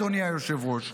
אדוני היושב-ראש.